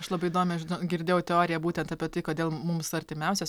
aš labai įdomią girdėjau teoriją būtent apie tai kodėl mums artimiausias